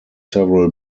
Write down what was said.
several